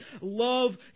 love